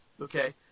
okay